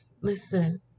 Listen